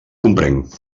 comprenc